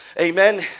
amen